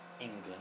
England